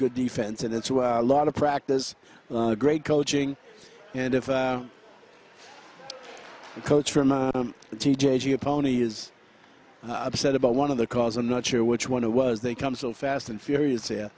good defense and it's a lot of practice a great coaching and if a coach from t j g a pony is upset about one of the cause i'm not sure which one who was they come so fast and furious here